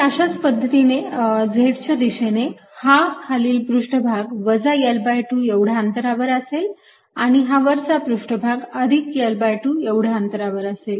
आणि अशाच पद्धतीने Z च्या दिशेने हा खालील पृष्ठभाग वजा L2 एवढ्या अंतरावर असेल आणि हा वरचा पृष्ठभाग अधिक L2 एवढ्या अंतरावर असेल